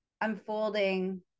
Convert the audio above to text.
unfolding